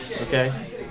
Okay